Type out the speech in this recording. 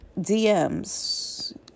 DMs